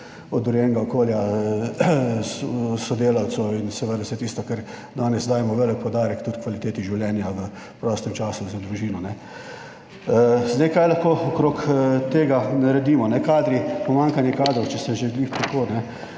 od urejenega okolja sodelavcev in seveda vse tisto, kar danes dajemo velik poudarek tudi kvaliteti življenja v prostem času za družino. Zdaj, kaj lahko okrog tega naredimo? Kadri, pomanjkanje kadrov, če se že glih tako.